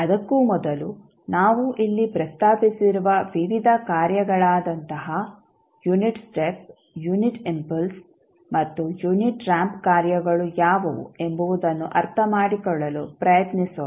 ಅದಕ್ಕೂ ಮೊದಲು ನಾವು ಇಲ್ಲಿ ಪ್ರಸ್ತಾಪಿಸಿರುವ ವಿವಿಧ ಕಾರ್ಯಗಳಾದಂತಹ ಯುನಿಟ್ ಸ್ಟೆಪ್ ಯುನಿಟ್ ಇಂಪಲ್ಸ್ ಮತ್ತು ಯುನಿಟ್ ರಾಂಪ್ ಕಾರ್ಯಗಳು ಯಾವುವು ಎಂಬುದನ್ನು ಅರ್ಥಮಾಡಿಕೊಳ್ಳಲು ಪ್ರಯತ್ನಿಸೋಣ